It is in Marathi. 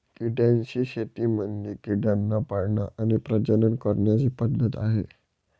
किड्यांची शेती म्हणजे किड्यांना पाळण आणि प्रजनन करण्याची पद्धत आहे